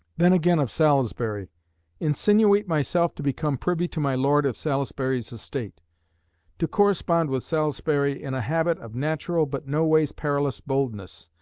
then, again, of salisbury insinuate myself to become privy to my lord of salisbury's estate. to correspond with salisbury in a habit of natural but no ways perilous boldness,